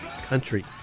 Country